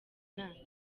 nande